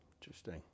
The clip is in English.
Interesting